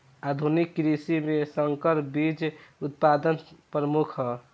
आधुनिक कृषि में संकर बीज उत्पादन प्रमुख ह